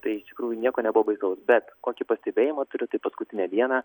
tai iš tikrųjų nieko nebuvo baisaus bet kokį pastebėjimą turiu tai paskutinę dieną